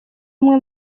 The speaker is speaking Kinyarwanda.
umwe